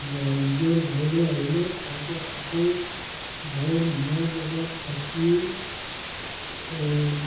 নিজৰ গাঁৱলৈ আহিলো তাতে গাঁৱৰ মানুহৰ লগত থাকি